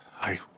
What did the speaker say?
I-